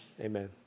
Amen